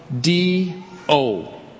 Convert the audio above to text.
D-O